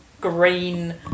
green